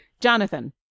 Jonathan